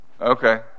Okay